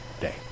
day